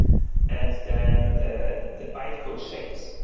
and then the the bytecode shapes,